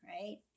right